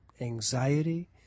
anxiety